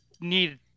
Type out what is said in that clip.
need